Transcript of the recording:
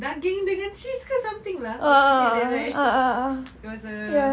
daging dengan cheese ke something lah putih there right it was a